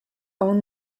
own